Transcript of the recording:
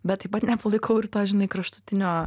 bet taip pat nepalaikau ir to žinai kraštutinio